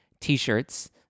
T-shirts